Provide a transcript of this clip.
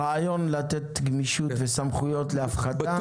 הרעיון לתת גמישות וסמכויות להפחתה,